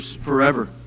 forever